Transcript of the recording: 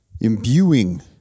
imbuing